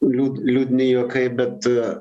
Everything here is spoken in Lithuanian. liū liūdni juokai bet